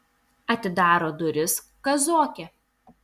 atidaro duris kazokė